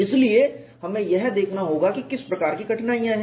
इसलिए हमें यह देखना होगा कि किस प्रकार की कठिनाइयाँ हैं